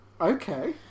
Okay